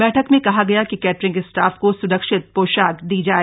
बैठक में कहा गया कि केटरिंग स्टाफ को सुरक्षित पोशाक दिया जाए